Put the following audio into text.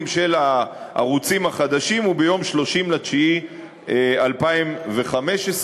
של הערוצים החדשים הוא יום 30 בספטמבר 2015,